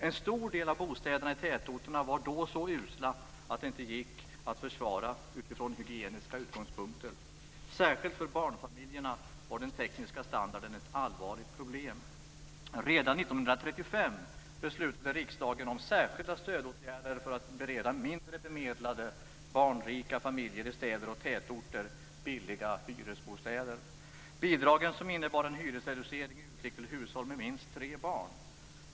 En stor del av bostäderna i tätorterna var då så usla att de inte gick att försvara från hygieniska utgångspunkter. Särskilt för barnfamiljerna var den tekniska standarden ett allvarligt problem. Redan 1935 beslutade riksdagen om särskilda stödåtgärder för att bereda mindre bemedlade, barnrika familjer i städer och tätorter billiga hyresbostäder. Bidragen som innebar en hyresreducering utgick till hushåll med minst tre barn.